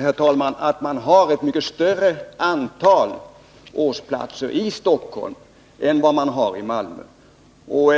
Herr talman! Läget är att man har ett mycket större antal årsplatser i Stockholm än man har i Malmö. Och